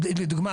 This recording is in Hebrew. לדוגמא,